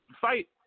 fight